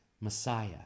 Messiah